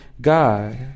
God